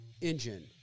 engine